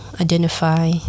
identify